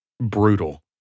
brutal